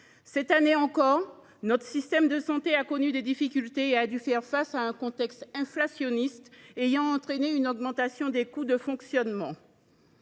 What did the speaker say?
Cette année encore, notre système de santé a connu des difficultés et a dû faire face à un contexte inflationniste ayant entraîné une augmentation des coûts de fonctionnement.